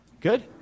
Good